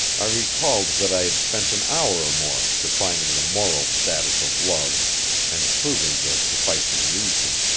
i recalled that i had spent an hour or more defining the moral status of love and proving the sufficing reason.